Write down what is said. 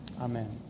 Amen